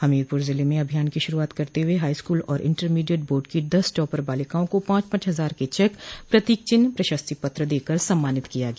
हमीरपुर जिले में अभियान की शुरूआत करते हुए हाईस्कूल और इण्टरमीडियट बोर्ड की दस टापर बालिकाओं को पॉच पॉच हजार के चेक प्रतीक चिन्ह प्रशस्ति पत्र देकर सम्मानित किया गया